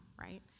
right